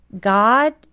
God